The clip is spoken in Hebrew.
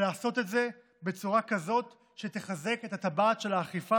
לעשות את זה בצורה כזאת שתחזק את הטבעת של האכיפה